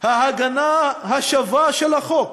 ההגנה השווה של החוק.